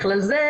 בכלל זה,